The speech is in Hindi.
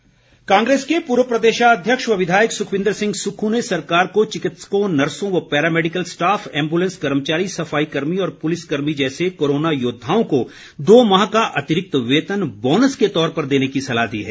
सुक्खू कांग्रेस के पूर्व प्रदेशाध्यक्ष व विधायक सुखविन्द्र सिंह सुक्खू ने सरकार को चिकित्सकों नर्सों व पैरा मैडिकल स्टाफ एम्बुलेंस कर्मचारी सफाई कर्मी और पुलिस कर्मी जैसे कोरोना योद्वाओं को दो माह का अतिरिक्त वेतन बोनस के तौर पर देने की सलाह दी है